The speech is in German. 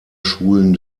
schulen